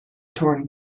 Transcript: torn